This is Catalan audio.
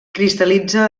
cristal·litza